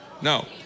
No